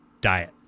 diet